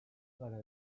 gara